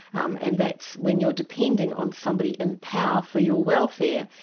um and that's, when you're depending on somebody in power for your welfare,